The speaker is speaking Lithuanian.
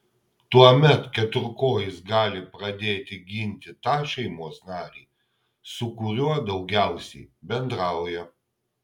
tuomet keturkojis gali pradėti ginti tą šeimos narį su kuriuo daugiausiai bendrauja